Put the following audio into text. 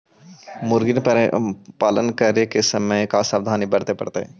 मुर्गी पालन करे के समय का सावधानी वर्तें पड़तई?